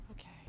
Okay